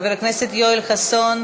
חבר הכנסת יואל חסון